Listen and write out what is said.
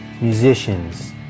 musicians